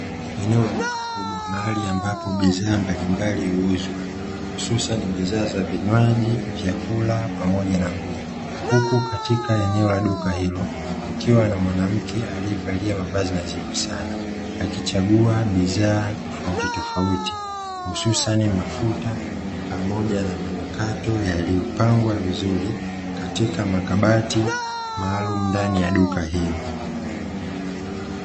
Eneo la duka kubwa mahali ambapo bidhaa mbalimbali huuzwa hususani bidhaa za vinywaji, vyakula pamoja na nguo. Huku katika eneo la duka hilo kukiwa na mwanamke aliyevaliwa mavazi nadhifu sana, akichagua bidhaa tofautitofauti hususan mafuta pamoja na manukato yaliyopangwa vizuri katika makabati maalumu ndani ya duka hilo.